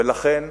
ולכן,